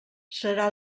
serà